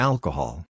Alcohol